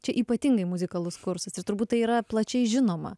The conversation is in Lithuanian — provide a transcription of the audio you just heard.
čia ypatingai muzikalus kursas ir turbūt tai yra plačiai žinoma